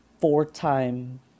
four-time